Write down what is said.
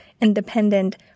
independent